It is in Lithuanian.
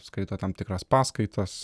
skaito tam tikras paskaitas